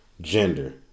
gender